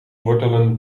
wortelen